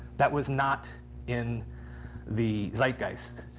that was not in the zeitgeist.